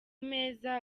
meza